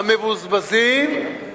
זה יעודד את איחוד הרשויות.